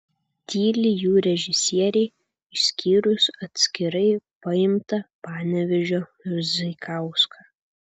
tyli jų režisieriai išskyrus atskirai paimtą panevėžio zaikauską